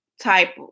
type